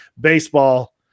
baseball